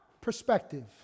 Perspective